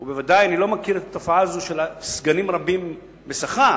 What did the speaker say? אני ודאי לא מכיר תופעה של סגנים רבים בשכר.